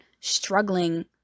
struggling